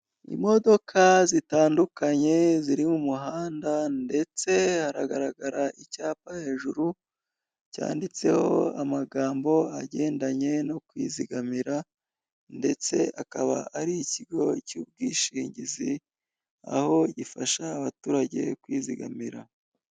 Imodoka zitandukanye ziri mu muhanda ndetse haragaragara icyapa hejuru cyanditseho amagambo agendanye no kwizigamira ndetse akaba ari ikigo cy'ubwishingizi, aho gifasha abaturage kwizigamira.